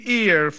ear